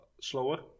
slower